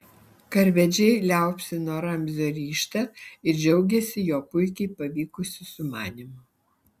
karvedžiai liaupsino ramzio ryžtą ir džiaugėsi jo puikiai pavykusiu sumanymu